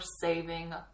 saving